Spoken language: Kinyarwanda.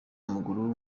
w’amaguru